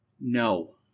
No